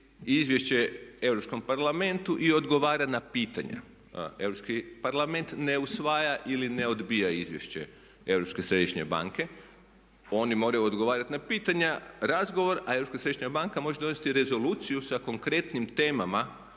izvješće Europskom parlamentu i odgovara na pitanja. A Europski parlament ne usvaja ili ne odbija izvješće Europske središnje banke. Oni moraju odgovarati na pitanja, razgovor a Europska središnja banka može donijeti rezoluciju sa konkretnim temama